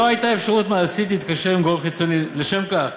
לא הייתה אפשרות מעשית להתקשר עם גורם חיצוני לשם כך.